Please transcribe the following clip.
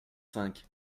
cinq